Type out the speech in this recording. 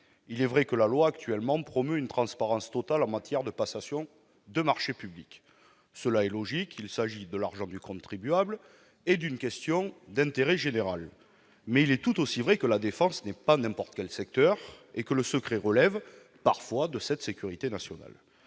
Il est vrai qu'actuellement la loi promeut une transparence totale en matière de passation de marchés publics. C'est logique : il s'agit de l'argent du contribuable et d'une question d'intérêt général ; mais il est tout aussi vrai que la défense n'est pas n'importe quel secteur et que le secret relève parfois de la sécurité nationale.